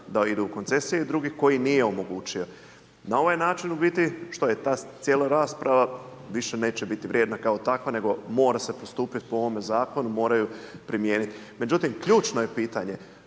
da idu u koncesije i drugih koje nije omogućio. Na ovaj način što je u biti što je ta cijela rasprava, više neće biti vrijedna kao takva nego mora se postupiti po ovome zakonu, moraju primijeniti. Međutim ključno je pitanje